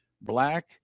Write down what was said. black